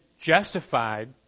justified